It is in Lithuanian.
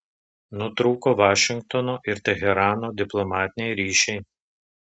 nutrūko vašingtono ir teherano diplomatiniai ryšiai